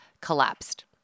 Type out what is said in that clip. collapsed